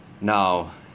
now